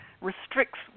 restricts